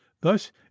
Thus